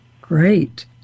Great